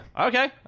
okay